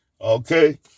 Okay